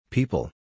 People